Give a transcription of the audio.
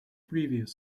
previous